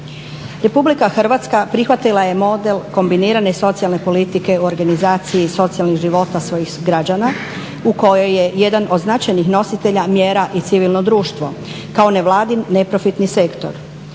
Republika Hrvatska prihvatila je model kombinirane socijalne politike u organizaciji socijalnih života svojih građana u kojoj je jedan od značajnih nositelja mjera i civilno društvo kao nevladin neprofitni sektor.